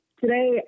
today